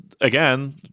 again